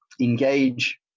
engage